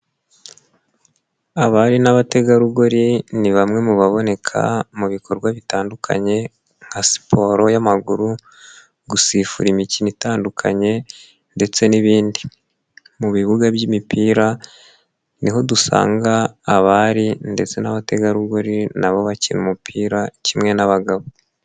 Abari n'abategarugori ni bamwe mu baboneka mu bikorwa bitandukanye nka siporo y'amaguru, gusifura imikino itandukanye ndetse n'ibindi. Mu bibuga by'imipira ni ho dusanga abari ndetse n'abategarugori na bo bakina umupira kimwe n'abagabo.